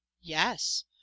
yes